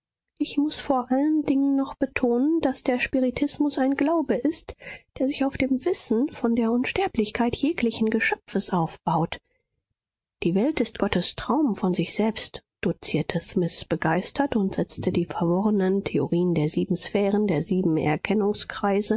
ich muß vor allen dingen noch betonen daß der spiritismus ein glaube ist der sich auf dem wissen von der unsterblichkeit jeglichen geschöpfes aufbaut die welt ist gottes traum von sich selbst dozierte smith begeistert und setzte die verworrenen theorien der sieben sphären der sieben